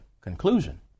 conclusion